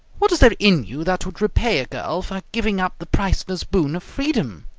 what is there in you that would repay a girl for giving up the priceless boon of freedom?